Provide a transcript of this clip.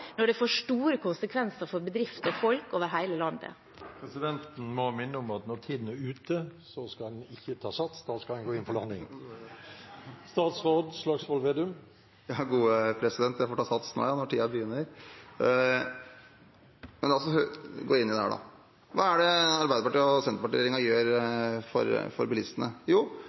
når det får store konsekvenser for bedrifter og folk over hele landet? Presidenten må minne om at når tiden er ute, skal en ikke ta sats, da skal en gå inn for landing. Jeg får ta sats nå, jeg da, når tiden begynner. Hva er det Arbeiderparti–Senterparti-regjeringen gjør for bilistene? Jo, vi setter avgiftene ned sammenlignet med den proposisjonen som ble lagt fram, nettopp fordi vi er opptatt av å ha en rettferdig og